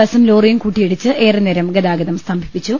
ബസും ലോറിയും കൂട്ടി യിടിച്ച് ഏറെനേരം ഗതാഗതം സ്ത്രംഭിച്ചു